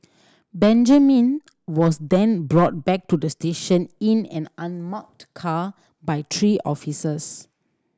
Benjamin was then brought back to the station in an unmarked car by three officers